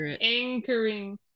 anchoring